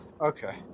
Okay